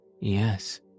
Yes